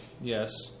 yes